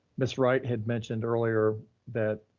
ms. wright had mentioned earlier that